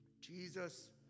Jesus